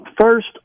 First